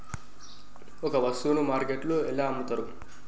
ఒక వస్తువును మార్కెట్లో ఎలా అమ్ముతరు?